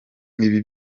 ibi